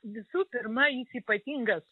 visų pirma jis ypatingas